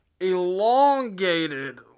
elongated